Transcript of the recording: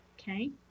Okay